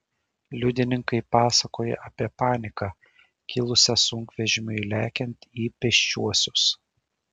liudininkai pasakojo apie paniką kilusią sunkvežimiui lekiant į pėsčiuosius